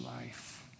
life